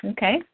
Okay